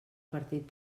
partit